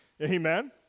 Amen